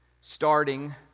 starting